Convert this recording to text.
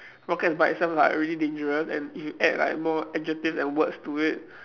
rockets by itself like already dangerous and if you add like more adjectives and words to it